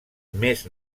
més